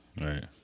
Right